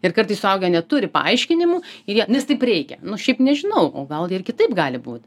ir kartais suaugę neturi paaiškinimų ir jie nes taip reikia nu šiaip nežinau o gal ir kitaip gali būt